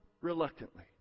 reluctantly